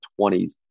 20s